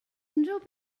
unrhyw